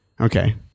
Okay